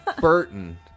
Burton